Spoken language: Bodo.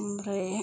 ओमफ्राय